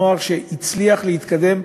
נוער שהצליח להתקדם,